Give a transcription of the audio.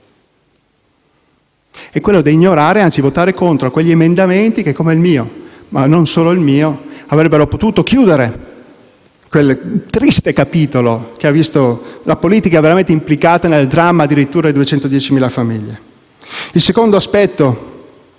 è di ignorare, anzi votare contro quegli emendamenti che come il mio, ma non solo il mio, avrebbero potuto chiudere quel triste capitolo che ha visto la politica veramente implicata nel dramma di 210.000 famiglie. Il secondo aspetto